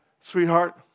sweetheart